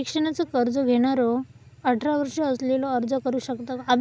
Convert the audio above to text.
शिक्षणाचा कर्ज घेणारो अठरा वर्ष असलेलो अर्ज करू शकता काय?